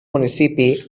municipi